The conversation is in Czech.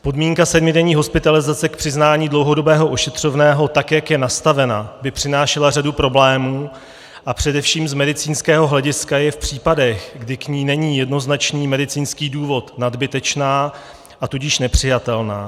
Podmínka sedmidenní hospitalizace k přiznání dlouhodobého ošetřovného, tak jak je nastavena, by přinášela řadu problémů a především z medicínského hlediska je v případech, kdy k ní není jednoznačný medicínský důvod, nadbytečná, a tudíž nepřijatelná.